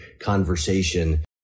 conversation